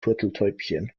turteltäubchen